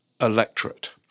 electorate